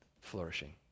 flourishing